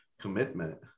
commitment